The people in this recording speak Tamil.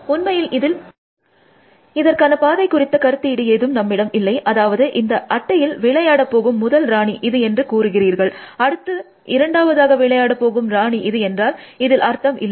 உண்மையில் இதில் இதற்கான பாதை குறித்த அக்கருத்திட்டு ஏதும் நம்மிடம் இல்லை அதாவது இந்த அட்டையில் விளையாட போகும் முதல் ராணி இது என்று கூறுகிறீர்கள் அடுத்து இரண்டாவதாக விளையாட போகும் ராணி இது என்றால் இதில் அர்த்தம் இல்லை